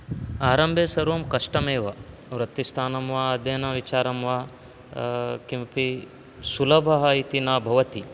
आरम्भे सर्वं कष्टमेव वृत्तिस्थानं वा अध्ययनविचारं वा किमपि सुलभः इति न भवति